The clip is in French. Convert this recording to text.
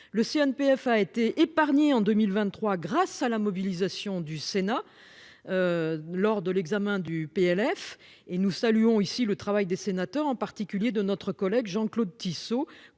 Le CNPF a été épargné en 2023 grâce à la mobilisation du Sénat. Lors de l'examen du PLF, et nous saluons ici le travail des sénateurs en particulier de notre collègue Jean-Claude Tissot